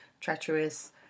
treacherous